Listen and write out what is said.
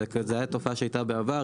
זו הייתה תופעה שהייתה בעבר,